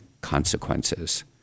consequences